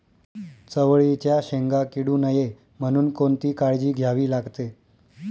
चवळीच्या शेंगा किडू नये म्हणून कोणती काळजी घ्यावी लागते?